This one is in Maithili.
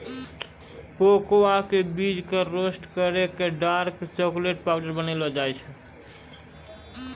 कोकोआ के बीज कॅ रोस्ट करी क डार्क चाकलेट पाउडर बनैलो जाय छै